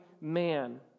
man